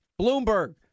Bloomberg